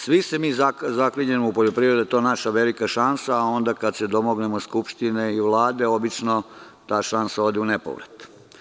Svi se mi zaklinjemo u poljoprivredu i da je to naša velika šansa, a kada se domognemo Skupštine i Vlade, ta šansa ode u nepovrat.